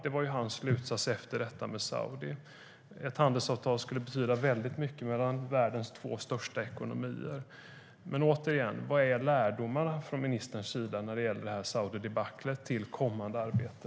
Det var hans slutsats efter Saudi. Ett handelsavtal mellan världens två största ekonomier skulle betyda mycket. Vilka är lärdomarna från ministerns sida när det gäller Saudidebaclet för kommande arbete?